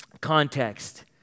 context